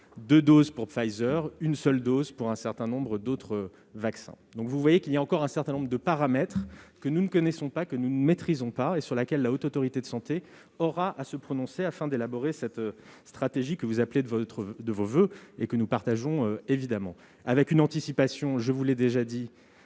deux doses pour Pfizer, une seule dose pour un certain nombre d'autres vaccins. Vous voyez qu'il y a encore un certain nombre de paramètres que nous ne connaissons pas, que nous ne maîtrisons pas, et sur lesquels la Haute Autorité de santé aura à se prononcer afin d'élaborer cette stratégie que, comme nous, vous appelez de vos voeux. Le Gouvernement- je vous l'ai déjà dit